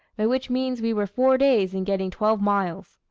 by which means we were four days in getting twelve miles.